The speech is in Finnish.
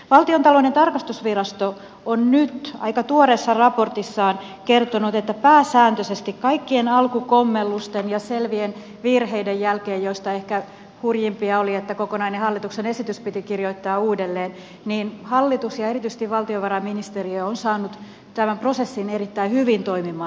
valtiontalouden tarkastusvirasto on nyt aika tuoreessa raportissaan kertonut että pääsääntöisesti kaikkien alkukommellusten ja selvien virheiden jälkeen joista ehkä hurjimpia oli että kokonainen hallituksen esitys piti kirjoittaa uudelleen hallitus ja erityisesti valtiovarainministeriö on saanut tämän prosessin erittäin hyvin toimimaan